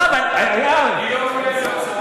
היא לא ראויה להיות איזו שרה?